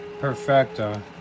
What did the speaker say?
Perfecto